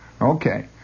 Okay